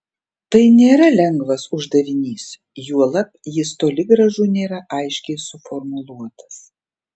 tai nėra lengvas uždavinys juolab jis toli gražu nėra aiškiai suformuluotas